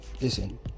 Listen